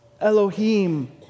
Elohim